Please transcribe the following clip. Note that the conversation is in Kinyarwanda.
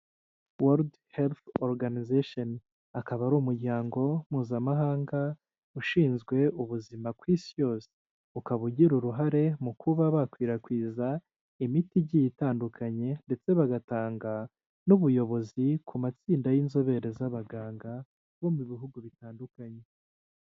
Worudi herufu oruganizeshoni, akaba ari umuryango mpuzamahanga ushinzwe ubuzima ku isi yose. Ukaba ugira uruhare mu kuba bakwirakwiza imiti igiye itandukanye ndetse bagatanga n'ubuyobozi ku matsinda y'inzobere z'abaganga bo mu bihugu bitandukanye.